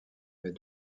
mais